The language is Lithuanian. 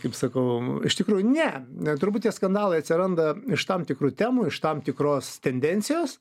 kaip sakau iš tikrųjų ne turbūt tie skandalai atsiranda iš tam tikrų temų iš tam tikros tendencijos